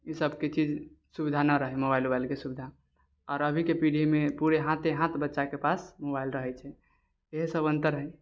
ई सभके चीज सुविधा नहि रहै मोबाइल उबाइलके सुविधा आओर अभीके पीढ़ी मे पूरे हाथे हाथ बच्चाके पास मोबाइल रहै छै इएहे सब अन्तर है